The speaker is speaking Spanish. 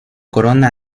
corona